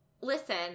Listen